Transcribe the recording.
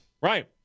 Right